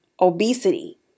obesity